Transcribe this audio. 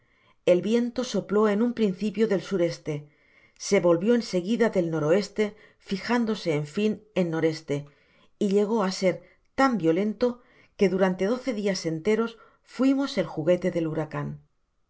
el viento sopló en un principio del s e se volvió en seguida del n o fijándose en fin en n e y llegó á ser tan violento que dtt aparejar hacerse á la vela content from google book search generated at rante doce dias enteros fuimos el juguete del huracan